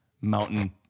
mountain